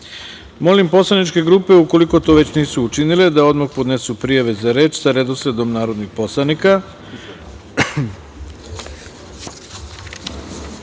poslaničke grupe, ukoliko to nisu već učinile, da odmah podnesu prijave za reč sa redosledom narodnih poslanika. Samo